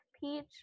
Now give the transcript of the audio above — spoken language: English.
peach